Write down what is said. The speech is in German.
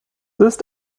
ist